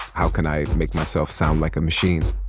how can i make myself sound like a machine?